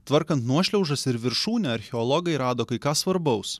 tvarkan nuošliaužas ir viršūnę archeologai rado kai ką svarbaus